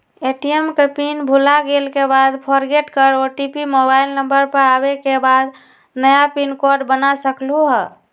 ATM के PIN भुलागेल के बाद फोरगेट कर ओ.टी.पी मोबाइल नंबर पर आवे के बाद नया पिन कोड बना सकलहु ह?